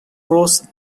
pros